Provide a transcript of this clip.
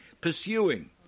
Pursuing